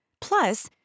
Plus